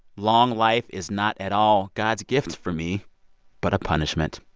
long life is not at all god's gift for me but punishment.